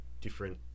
different